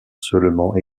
seulement